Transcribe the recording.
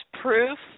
proof